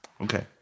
Okay